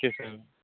okay sir